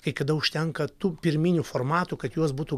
kai kada užtenka tų pirminių formatų kad juos būtų